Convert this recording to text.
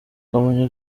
kamonyi